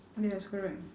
yes correct